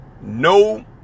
no